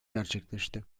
gerçekleşti